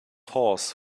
horse